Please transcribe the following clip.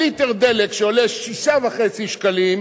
על ליטר דלק שעולה 6.50 שקלים,